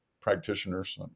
practitioners